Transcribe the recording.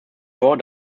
vor